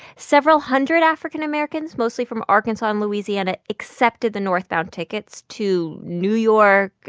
several hundred african americans, mostly from arkansas and louisiana, accepted the northbound tickets to new york,